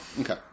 Okay